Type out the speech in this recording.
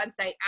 website